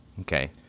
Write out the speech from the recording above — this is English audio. okay